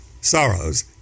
sorrows